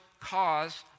cause